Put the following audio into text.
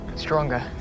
stronger